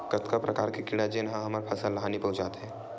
कतका प्रकार के कीड़ा जेन ह हमर फसल ल हानि पहुंचाथे?